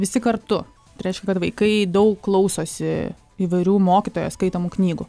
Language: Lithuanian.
visi kartu tai reiškia kad vaikai daug klausosi įvairių mokytojo skaitomų knygų